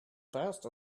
passed